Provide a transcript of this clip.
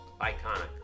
iconic